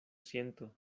siento